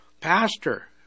pastor